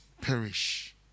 perish